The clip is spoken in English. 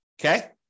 okay